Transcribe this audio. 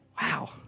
wow